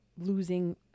losing